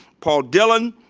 paul dillon,